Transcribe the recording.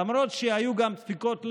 למרות שהיו גם דפיקות לב,